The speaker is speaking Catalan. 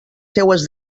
seues